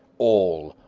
all!